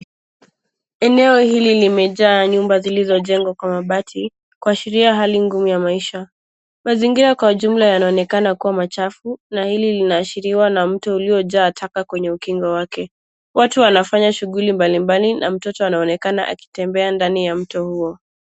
Eneo hili limejaa nyumba zilizojengwa kwa mabati, kuashiria hali ngumu ya maisha . Mazingira kwa ujumla yanaonekana kuwa machafu na hili linaashiriwa na mto uliojaa taka kwenye ukingo wake. Watu wanafanya shughuli mbalimbali na mtoto anaonekana akitembea ndani ya mto huo.